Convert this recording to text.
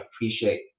appreciate